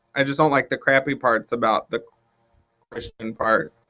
i just don't like the crappy parts about the christian part.